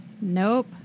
Nope